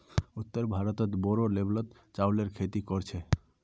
उत्तर भारतत बोरो लेवलत चावलेर खेती कर छेक